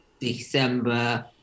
December